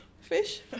fish